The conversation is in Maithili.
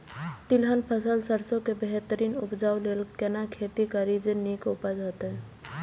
तिलहन फसल सरसों के बेहतरीन उपजाऊ लेल केना खेती करी जे नीक उपज हिय?